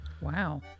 Wow